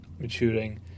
maturing